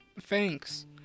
Thanks